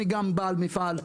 אני גם בעל מפעל,